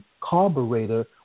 carburetor